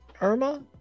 Irma